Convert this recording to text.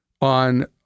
on